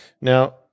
Now